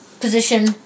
position